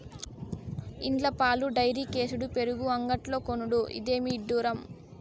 ఇండ్ల పాలు డైరీకేసుడు పెరుగు అంగడ్లో కొనుడు, ఇదేమి ఇడ్డూరం